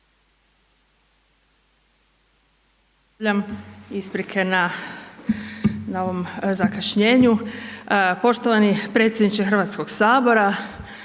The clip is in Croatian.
Isprike na, na ovom zakašnjenju, poštovani predsjedniče Hrvatskog sabora,